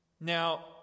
Now